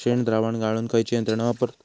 शेणद्रावण गाळूक खयची यंत्रणा वापरतत?